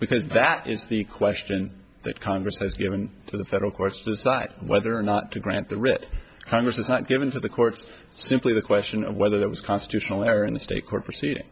because that is the question that congress has given to the federal courts to decide whether or not to grant the writ congress has not given to the courts simply the question of whether there was constitutional error in the state court proceeding